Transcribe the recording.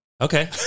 Okay